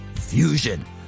fusion